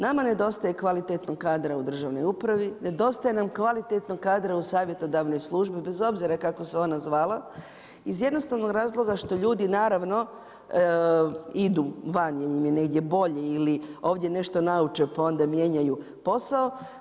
Nama nedostaje kvalitetnog kadra u državnoj upravi, nedostaje nam kvalitetnog kadra u savjetodavnoj službi bez obzira kako se ona zvala iz jednostavnog razloga, što ljudi, naravno idu van ili im je negdje bolje ili ovdje nešto nauče, pa onda mijenjaju posao.